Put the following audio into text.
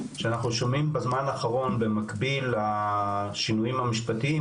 שאנחנו שומעים בזמן האחרון במקביל לשינויים המשפטיים,